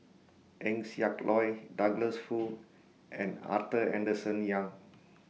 Eng Siak Loy Douglas Foo and Arthur Henderson Young